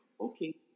okay